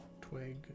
Twig